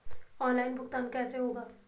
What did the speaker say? Online भुगतान कैसे होगा?